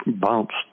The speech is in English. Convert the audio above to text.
bounced